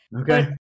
Okay